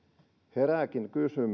herääkin kysymys